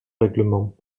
règlement